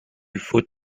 faut